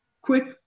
quick